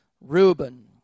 Reuben